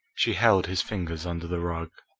she held his fingers under the rug.